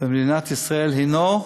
במדינת ישראל הנו,